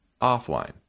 offline